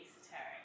esoteric